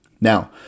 Now